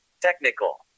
Technical